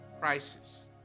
crisis